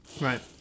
Right